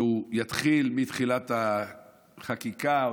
שיתחיל מתחילת החקיקה,